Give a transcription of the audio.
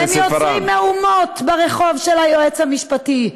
הם יוצרים מהומות ברחוב של היועץ המשפטי.